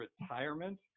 retirement